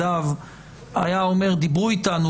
היה אומר: דיברו אתנו,